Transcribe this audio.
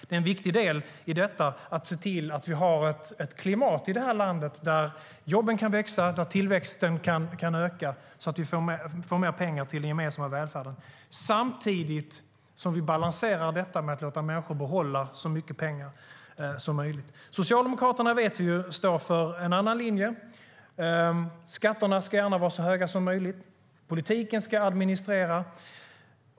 En viktig del i detta är att se till att vi har ett klimat i det här landet där jobben kan växa och där tillväxten kan öka, så att vi får mer pengar till den gemensamma välfärden, samtidigt som vi balanserar detta med att låta människor behålla så mycket pengar som möjligt. Vi vet ju att Socialdemokraterna står för en annan linje. Skatterna ska gärna vara så höga som möjligt. Politiken ska sköta administrationen.